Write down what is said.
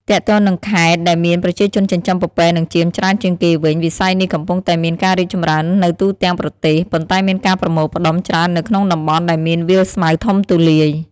ទាក់ទងនឹងខេត្តដែលមានប្រជាជនចិញ្ចឹមពពែនិងចៀមច្រើនជាងគេវិញ វិស័យនេះកំពុងតែមានការរីកចម្រើននៅទូទាំងប្រទេស ប៉ុន្តែមានការប្រមូលផ្តុំច្រើននៅក្នុងតំបន់ដែលមានវាលស្មៅធំទូលាយ។